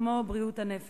ההפרטה של בריאות הנפש